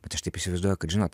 bet aš taip įsivaizduoju kad žinot